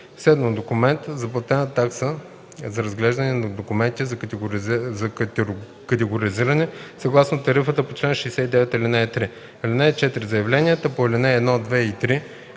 7. документ за платена такса за разглеждане на документи за категоризиране съгласно тарифата по чл. 69, ал. 3. (4) Заявленията по ал. 1, 2 и 3